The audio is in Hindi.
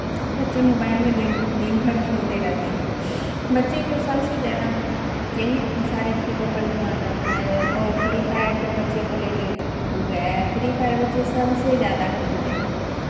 बच्चे मोबाइल में दिन दिनभर खेलते रहते हैं बच्चे को सबसे ज़्यादा यही सारे खेलों पर ध्यान रहता है और फ्री फायर तो बच्चे को ले कर डूब गया है फ्री फायर बच्चे सबसे ज़्यादा खेलते हैं